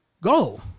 Go